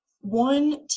one